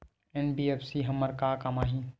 NBFC हमर का काम आही?